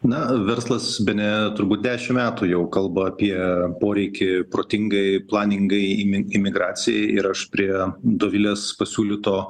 na verslas bene turbūt dešimt metų jau kalba apie poreikį protingai planingai imi imigracijai ir aš prie dovilės pasiūlyto